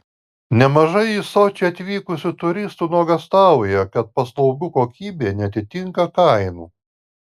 nemažai į sočį atvykusių turistų nuogąstauja kad paslaugų kokybė neatitinka kainų